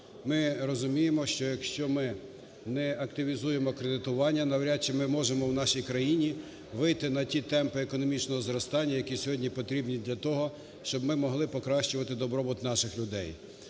Ми розуміємо, що якщо ми не активізуємо кредитування, навряд, чи ми можемо в нашій країні вийти на ті темпи економічного зростання, які сьогодні потрібні для того, щоб ми могли покращувати добробут наших людей.